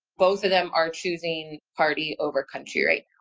both of them are choosing party over country, right?